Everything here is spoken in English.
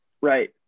Right